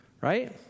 right